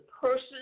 person